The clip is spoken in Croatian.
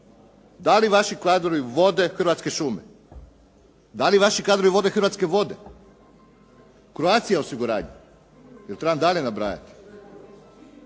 Da li vaši kadrovi vode Hrvatske šume? Da li vaši kadrovi vode Hrvatske vode? Croatia osiguranje? Trebam li dalje nabrajati?